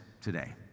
today